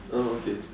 oh okay